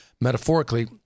metaphorically